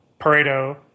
Pareto